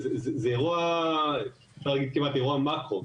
זה אירוע שאפשר להגיד שהוא כמעט אירוע מקרו,